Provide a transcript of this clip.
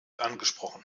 angesprochen